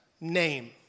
name